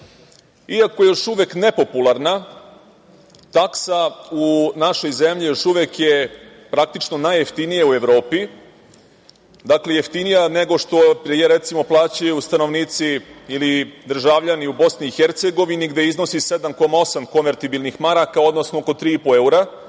je još uvek nepopularna, taksa u našoj zemlji još uvek je praktično najjeftinija u Evropi, jeftinija nego što je, recimo, plaćaju stanovnici ili državljani u BiH gde iznosi 7,8 konvertibilnih maraka, odnosno oko 3,5 evra,